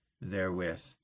therewith